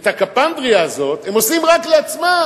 את הקפנדריה הזאת, הם עושים רק לעצמם.